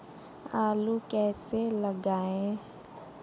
आलू कैसे लगाएँ?